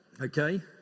Okay